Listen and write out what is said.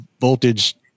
voltage